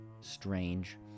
strange